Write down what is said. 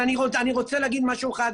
אני רוצה להגיד משהו אחד,